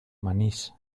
manís